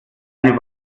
deine